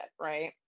right